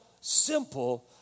simple